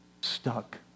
stuck